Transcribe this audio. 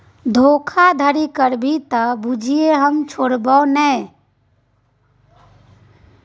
धोखाधड़ी करभी त बुझिये हम छोड़बौ नै